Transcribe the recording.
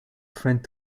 friend